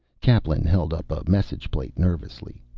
kaplan held up a message plate nervously.